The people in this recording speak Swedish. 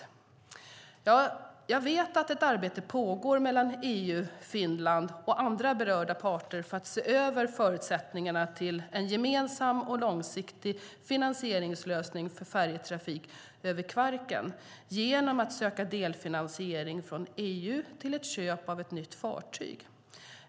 Jag vet att ett arbete pågår mellan EU, Finland och andra berörda parter för att se över förutsättningarna till en gemensam och långsiktig finansieringslösning för färjetrafik över Kvarken genom att söka delfinansiering från EU till ett köp av ett nytt fartyg.